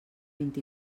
vint